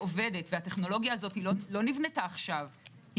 עובדת - והטכנולוגיה הזאת לא נבדקה עכשיו.